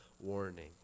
warning